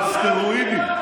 על סטרואידים.